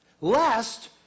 Lest